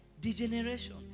degeneration